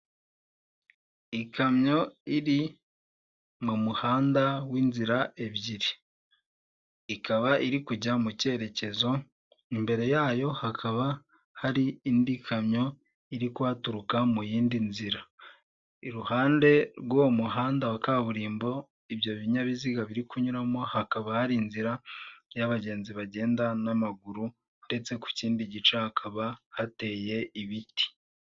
Ikamyo iri mu muhanda w'inzira ebyiri; ikaba iri kujya mu cyerekezo imbere yayo hakaba hari indi kamyo iri kuhaturuka mu yindi nzira; iruhande rw'uwo muhanda wa kaburimbo ibyo binyabiziga biri kunyuramo hakaba hari inzira y'abagenzi bagenda n'amaguru ndetse ku kindi gice hakaba hateye ibiti.